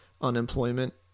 unemployment